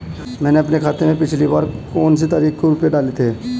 मैंने अपने खाते में पिछली बार कौनसी तारीख को रुपये डाले थे?